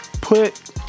put